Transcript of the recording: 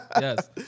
yes